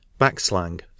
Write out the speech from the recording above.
backslang